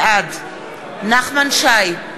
בעד נחמן שי,